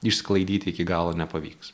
išsklaidyti iki galo nepavyks